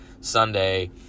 Sunday